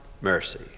mercy